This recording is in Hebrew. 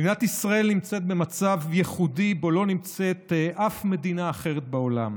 מדינת ישראל נמצאת במצב ייחודי שבו לא נמצאת אף מדינה אחרת בעולם,